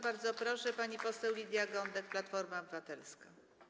Bardzo proszę, pani poseł Lidia Gądek, Platforma Obywatelska.